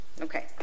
Okay